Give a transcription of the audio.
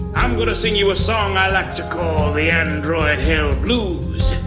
i'm gonna sing you a song i like to call, the and android hell blues.